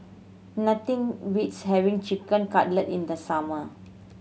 nothing beats having Chicken Cutlet in the summer